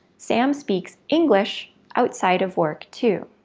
sam speaks english outside of work, too.